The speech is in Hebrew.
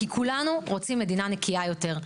כי כולנו רוצים מדינה נקייה יותר,